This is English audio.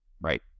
Right